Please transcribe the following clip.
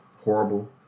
horrible